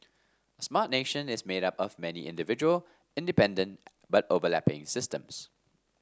a Smart Nation is made up of many individual independent but overlapping systems